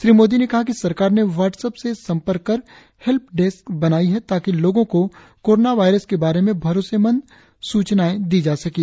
श्री मोदी ने कहा कि सरकार ने ह्वाट्एप से सम्पर्क कर हेल्प डेस्क बनाई है ताकि लोगों को कोरोना वायरस के बारे में भरोसेमंद सूचनाएं दी जा सकें